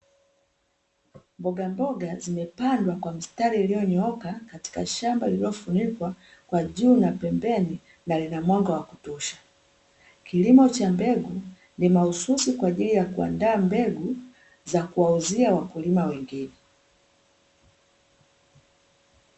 Mbogamboga zimepandwa kwa mistari iliyonyooka katika shamba lililofunikwa kwa juu na pembeni, na lina mwanga wa kutosha. Kilimo cha mbegu ni mahususi kwa ajili ya kuandaa mbegu za kuwauzia wakulima wengine.